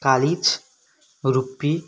कालिज रुपी